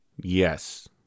Yes